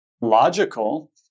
logical